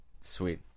Sweet